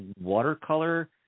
watercolor